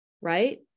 Right